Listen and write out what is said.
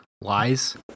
Lies